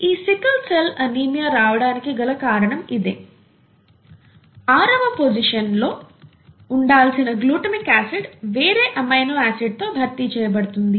ఈ sickle cell anaemia రావడానికి గల కారణం అదే ఆరవ పోసిషన్ లో ఉండాల్సిన గ్లుటామిక్ ఆసిడ్ వేరే ఎమినో ఆసిడ్ తో భర్తీ చేయబడుతుంది